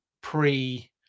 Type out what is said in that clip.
pre